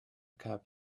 cap